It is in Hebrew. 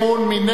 מי נגד?